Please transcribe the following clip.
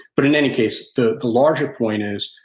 but in any case, the the larger point is,